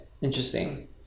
Interesting